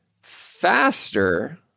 faster